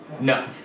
no